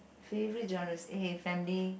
favourite genres eh family